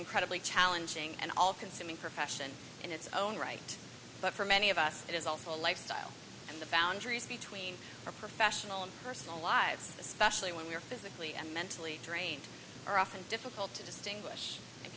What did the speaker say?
incredibly challenging and all consuming profession in its own right but for many of us it is also a lifestyle and the boundaries between our professional and personal lives especially when we are physically and mentally drained are often difficult to distinguish